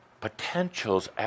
Potentials